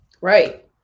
Right